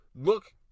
Look